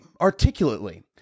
articulately